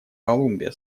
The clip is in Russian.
колумбия